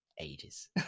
ages